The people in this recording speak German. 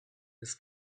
des